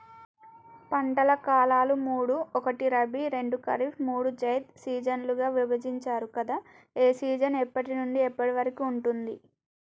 పంటల కాలాలు మూడు ఒకటి రబీ రెండు ఖరీఫ్ మూడు జైద్ సీజన్లుగా విభజించారు కదా ఏ సీజన్ ఎప్పటి నుండి ఎప్పటి వరకు ఉంటుంది?